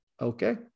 Okay